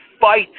fight